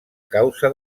causa